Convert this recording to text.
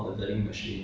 ya